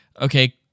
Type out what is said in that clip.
okay